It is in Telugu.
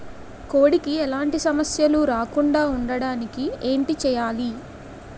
కోడి కి ఎలాంటి సమస్యలు రాకుండ ఉండడానికి ఏంటి చెయాలి?